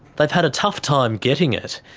they've had a tough time getting it.